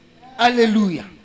Hallelujah